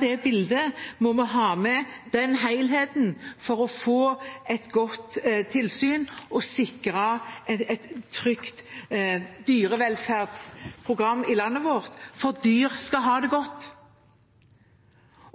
det bildet må vi ha med – den helheten – for å få et godt tilsyn og sikre et trygt dyrevelferdsprogram i landet vårt. For dyr skal ha det godt.